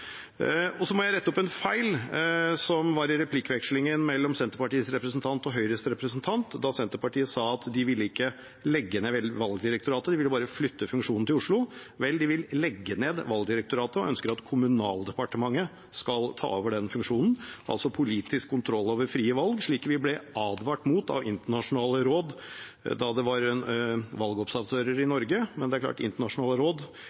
Så vil jeg rette opp en feil i replikkvekslingen mellom Senterpartiets representant Pollestad og Høyres representant Ebbesen, der Senterpartiet sa at de ikke ville legge ned Valgdirektoratet, de ville bare flytte funksjonen til Oslo. Vel, de vil legge ned Valgdirektoratet og ønsker at Kommunal- og moderniseringsdepartementet skal ta over den funksjonen – altså politisk kontroll over frie valg, slik vi ble advart mot av internasjonale råd da det var valgobservatører i Norge. Det er klart at internasjonale råd